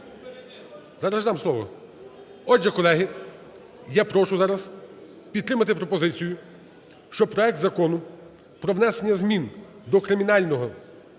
Зараз дам слово. Отже, колеги, я прошу зараз підтримати пропозицію, щоб проект Закону про внесення змін до Кримінального та